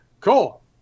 Cool